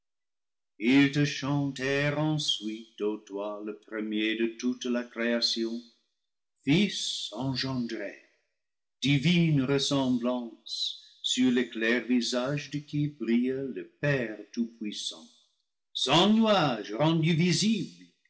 ils te chantèrent ensuite ô toi le premier de toute la créa tion fils engendré divine ressemblance sur le clair visage de qui brille le père tout-puissant sans nuage rendu